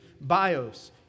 bios